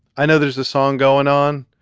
i know there's a song going on.